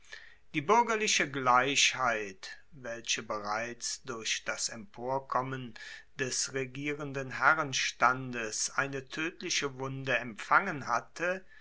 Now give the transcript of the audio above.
die buergerliche gleichheit welche bereits durch das emporkommen des regierenden herrenstandes eine toedliche wunde empfangen hatte